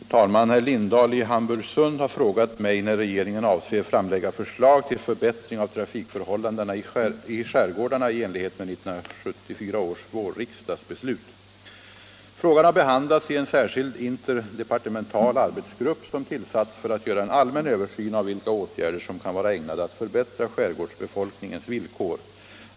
Fru talman! Herr Lindahl i Hamburgsund har frågat mig när regeringen avser framlägga förslag till förbättring av trafikförhållandena i skärgårdarna i enlighet med 1974 års vårriksdags beslut. Frågan har behandlats i en särskild interdepartemental arbetsgrupp, som tillsatts för att göra en allmän översyn av vilka åtgärder som kan vara ägnade att förbättra skärgårdsbefolkningens villkor.